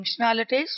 functionalities